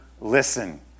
listen